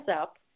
up